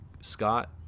scott